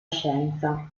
scienza